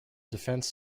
defence